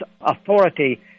authority